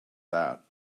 that